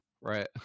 right